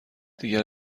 دیگر